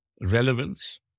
relevance